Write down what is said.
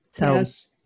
Yes